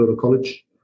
College